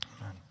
Amen